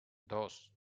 dos